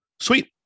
Sweet